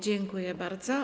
Dziękuję bardzo.